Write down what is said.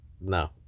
No